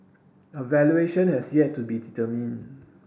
a valuation has yet to be determine